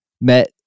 met